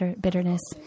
bitterness